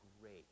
great